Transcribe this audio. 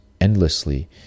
endlessly